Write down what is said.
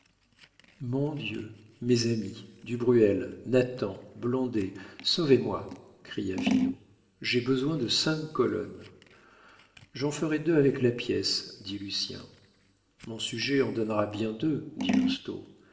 mon dieu mes amis du bruel nathan blondet sauvez-moi cria finot j'ai besoin de cinq colonnes j'en ferai deux avec la pièce dit lucien mon sujet en donnera bien deux dit lousteau